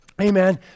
Amen